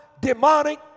demonic